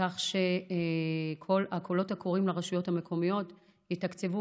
כך שהקולות הקוראים לרשויות המקומיות יתקצבו